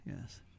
Yes